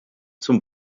zum